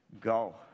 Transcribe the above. Go